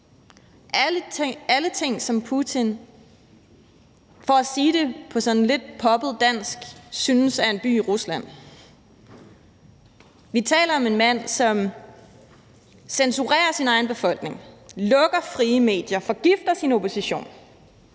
alle ting, som Putin for at sige det på sådan lidt poppet dansk synes er en by i Rusland. Vi taler om en mand, som censurerer sin egen befolkning, lukker frie medier, forgifter sin opposition,